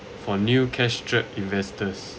for new cash strapped investors